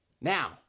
Now